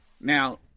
Now